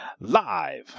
live